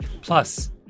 Plus